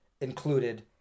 included